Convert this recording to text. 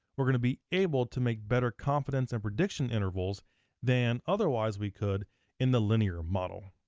we're gonna be able to make better confidence and prediction intervals than otherwise we could in the linear model.